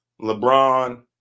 LeBron